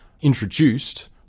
introduced